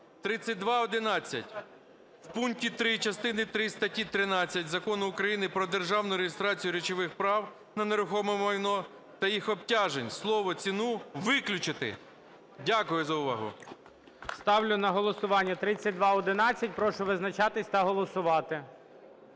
3211: в пункті 3 частини 3 статті 13 Закону України "Про державну реєстрацію речових прав на нерухоме майно та їх обтяжень" слово "ціну" виключити. Дякую за увагу. ГОЛОВУЮЧИЙ. Ставлю на голосування 3211. Прошу визначатися та голосувати.